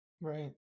Right